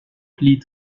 plis